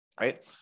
right